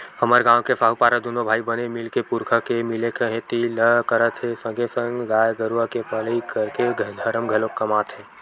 हमर गांव के साहूपारा दूनो भाई बने मिलके पुरखा के मिले खेती ल करत हे संगे संग गाय गरुवा के पलई करके धरम घलोक कमात हे